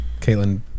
Caitlin